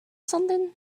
something